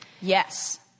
yes